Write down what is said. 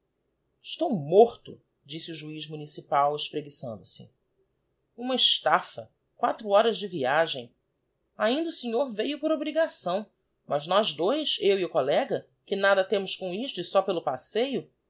estou morto disse o juiz municipal espreguiçando se uma estafa i quatro horas de viagem ainda o sr veiu por obrigação mas nós dois eu e o collega que nada temos com isto e só pelo passeio